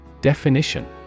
Definition